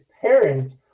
parents